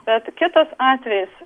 bet kitas atvejis